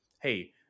hey